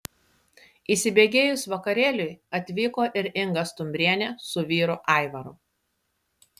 įsibėgėjus vakarėliui atvyko ir inga stumbrienė su vyru aivaru